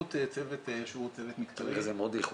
בזכות צוות שהוא צוות מקצועי --- כנראה מאוד איכותי.